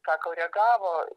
ką koregavo